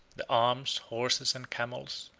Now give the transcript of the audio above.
the arms, horses, and camels,